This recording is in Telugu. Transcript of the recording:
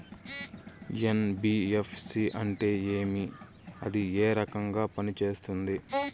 ఎన్.బి.ఎఫ్.సి అంటే ఏమి అది ఏ రకంగా పనిసేస్తుంది